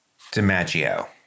DiMaggio